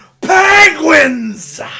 Penguins